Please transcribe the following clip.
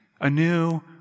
anew